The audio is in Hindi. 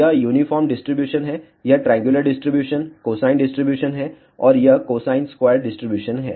तो यह यूनिफार्म डिस्ट्रीब्यूशन है यह ट्रायंगुलर डिस्ट्रीब्यूशन कोसाइन डिस्ट्रीब्यूशन है और यह कोसाइन स्क्वायर्ड डिस्ट्रीब्यूशन है